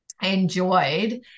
enjoyed